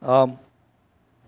ஆம்